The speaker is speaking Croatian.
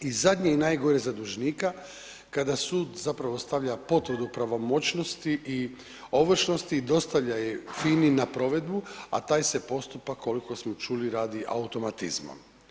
I zadnje i najgore za dužnika, kada sud zapravo stavlja potvrdu pravomoćnosti i ovršnosti i dostavlja je FINA-i na provedbu, a taj se postupak, koliko smo čuli, radi automatizmom.